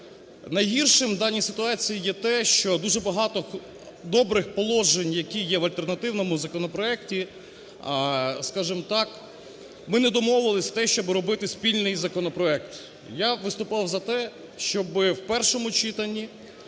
Найгіршим в даній ситуації є те, що дуже багато добрих положень, які є в альтернативному законопроекті… Скажем так, ми не домовились за те, щоб робити спільний законопроект. я виступав за те, щоби в першому читанні,